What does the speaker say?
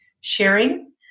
sharing